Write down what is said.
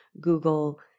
Google